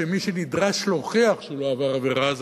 שמי שנדרש להוכיח שהוא לא עבר עבירה זה